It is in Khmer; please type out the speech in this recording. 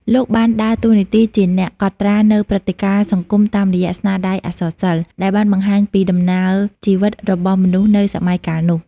លោកបានដើរតួនាទីជាអ្នកកត់ត្រានូវព្រឹត្តិការណ៍សង្គមតាមរយៈស្នាដៃអក្សរសិល្ប៍ ដែលបានបង្ហាញពីដំណើរជីវិតរបស់មនុស្សនៅសម័យកាលនោះ។